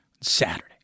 Saturday